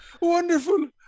wonderful